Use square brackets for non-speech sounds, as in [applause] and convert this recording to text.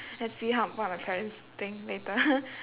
let's see how what my parents think later [laughs]